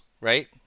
right